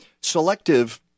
selective